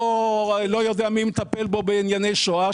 לא מי יודע מי מטפל בענייני שואה,